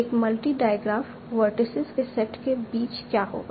एक multi digraph vertices के set के बीच क्या होगा